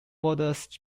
borders